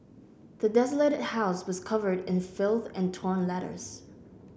the desolated house was covered in filth and torn letters